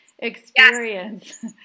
Experience